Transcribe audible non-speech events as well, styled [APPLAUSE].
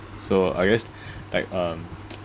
so I guess [BREATH] like um [NOISE]